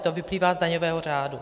To vyplývá z daňového řádu.